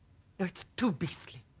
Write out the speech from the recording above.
it's too beastly